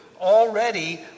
already